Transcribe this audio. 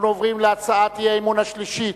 אנחנו עוברים להצעת האי-אמון השלישית,